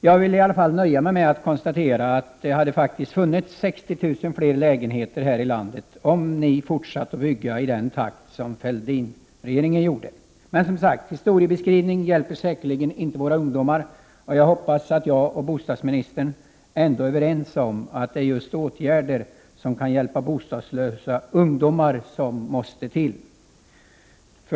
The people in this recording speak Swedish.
Jag vill nöja mig med att konstatera att det faktiskt hade funnits 60 000 fler lägenheter här i landet om ni fortsatt att bygga i den takt som Fälldinregeringen gjorde. Men en historieskrivning hjälper säkerligen inte våra ungdomar, och jag hoppas att jag och bostadsministern ändå är överens om att det är åtgärder som kan hjälpa bostadslösa ungdomar som måste till.